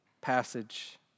passage